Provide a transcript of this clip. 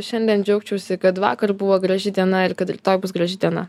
šiandien džiaugčiausi kad vakar buvo graži diena ir kad rytoj bus graži diena